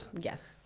yes